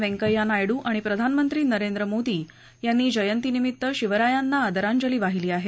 व्यंकय्या नायडू आणि प्रधानमंत्री नरेंद्र मोदी यांनी जयंतीनिमित्त शिवरायांना आदरांजली वाहिली आहे